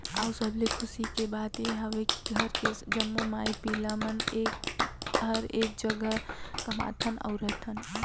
अउ सबले खुसी के बात ये हवे की घर के जम्मो माई पिला मन हर एक जघा कमाथन अउ रहथन